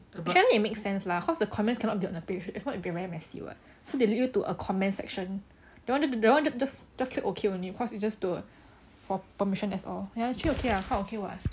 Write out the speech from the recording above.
actually it makes sense lah cause the comments cannot be on the page if not it'll be very messy [what] so they lead you to a comments section they wanted they want you to just click okay only cause it's just to for permission that's all ya actually okay ah quite okay [what]